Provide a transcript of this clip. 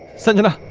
sanjana!